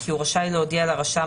כי הוא רשאי להודיע לרשם,